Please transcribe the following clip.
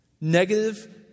Negative